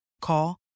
Call